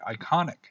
iconic